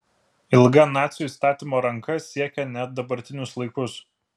ilga nacių įstatymo ranka siekia net dabartinius laikus